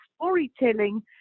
storytelling